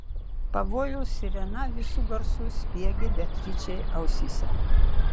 pavojaus sirena visu garsu spiegė beatričei ausyse